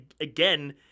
again